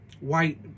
white